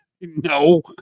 No